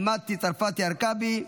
מטי צרפתי הרכבי,